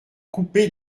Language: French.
coupé